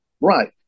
Right